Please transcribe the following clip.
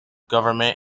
government